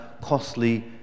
costly